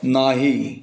नाही